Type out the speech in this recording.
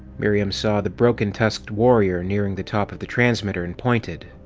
miriam saw the broken-tusked warrior nearing the top of the transmitter and pointed.